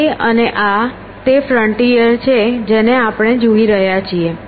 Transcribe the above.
તે અને આ તે ફ્રન્ટિયર છે જેને આપણે જોઈ રહ્યા છીએ